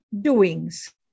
doings